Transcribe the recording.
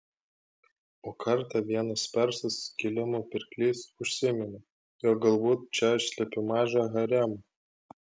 o kartą vienas persas kilimų pirklys užsiminė jog galbūt čia aš slepiu mažą haremą